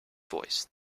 voice